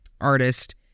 artist